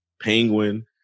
Penguin